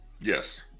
yes